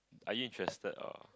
are you interested or